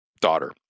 daughter